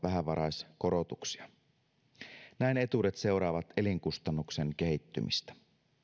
vähävaraiskorotuksia näin etuudet seuraavat elinkustannusten kehittymistä